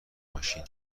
ماشین